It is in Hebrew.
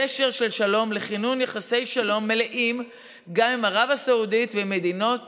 גשר של שלום לכינון יחסי שלום מלאים גם עם ערב הסעודית ומדינות